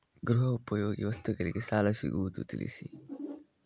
ಗೃಹ ಉಪಯೋಗಿ ವಸ್ತುಗಳಿಗೆ ಸಾಲ ಸಿಗುವುದೇ ತಿಳಿಸಿ?